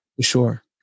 Sure